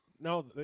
No